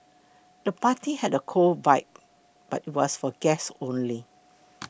the party had a cool vibe but was for guests only